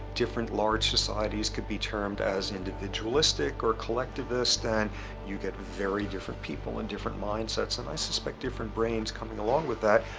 different large societies could be termed as individualistic or collectivist, and you get very different people and different mindsets and. i suspect different brains coming along with that.